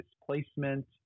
displacement